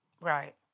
Right